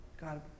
God